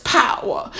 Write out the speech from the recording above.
power